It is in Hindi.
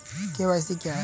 के.वाई.सी क्या है?